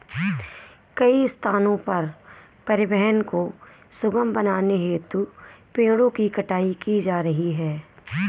कई स्थानों पर परिवहन को सुगम बनाने हेतु पेड़ों की कटाई की जा रही है